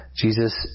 Jesus